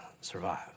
survive